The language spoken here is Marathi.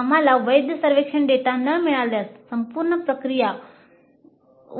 आम्हाला वैध सर्वेक्षण डेटा न मिळाल्यास संपूर्ण प्रक्रिया